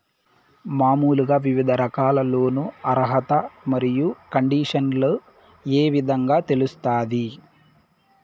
మామూలుగా వివిధ రకాల లోను అర్హత మరియు కండిషన్లు ఏ విధంగా తెలుస్తాది?